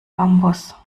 bambus